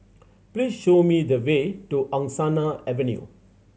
please show me the way to Angsana Avenue